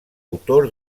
autor